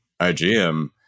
IGM